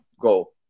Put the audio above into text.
go